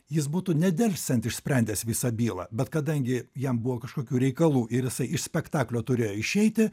jis būtų nedelsiant išsprendęs visą bylą bet kadangi jam buvo kažkokių reikalų ir jisai iš spektaklio turėjo išeiti